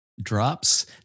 drops